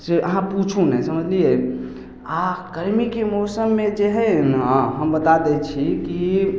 से अहाँ पुछू नहि समझलियै आ गर्मीके मौसममे जे हइ ने हम बता दै छी की